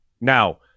Now